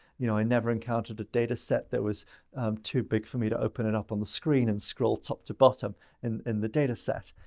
you know, i never encountered a data set that was too big for me to open it up on the screen and scroll top to bottom in in the dataset.